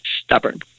stubborn